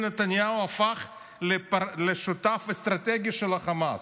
נתניהו הפך לשותף אסטרטגי של החמאס,